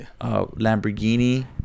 Lamborghini